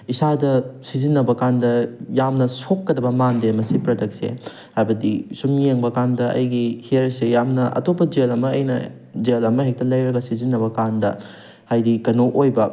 ꯏꯁꯥꯗ ꯁꯤꯖꯤꯟꯅꯕ ꯀꯥꯟꯗ ꯌꯥꯝꯅ ꯁꯣꯛꯀꯗꯕ ꯃꯥꯟꯗꯦ ꯃꯁꯤ ꯄ꯭ꯔꯗꯛꯁꯦ ꯍꯥꯏꯕꯗꯤ ꯁꯨꯝ ꯌꯦꯡꯕꯀꯥꯟꯗ ꯑꯩꯒꯤ ꯍꯤꯌꯔꯁꯦ ꯌꯥꯝꯅ ꯑꯇꯣꯞꯄ ꯖꯦꯜ ꯑꯃ ꯑꯩꯅ ꯖꯦꯜ ꯑꯃꯍꯦꯛꯇ ꯂꯩꯔꯒ ꯁꯤꯖꯟꯅꯕ ꯀꯥꯟꯗ ꯍꯥꯏꯗꯤ ꯀꯩꯅꯣ ꯑꯣꯏꯕ